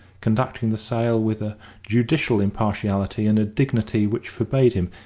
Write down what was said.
conducting the sale with a judicial impartiality and dignity which forbade him,